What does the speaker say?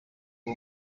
uwo